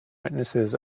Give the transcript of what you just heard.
witnesses